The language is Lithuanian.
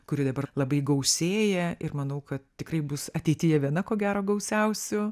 kuri dabar labai gausėja ir manau kad tikrai bus ateityje viena ko gero gausiausių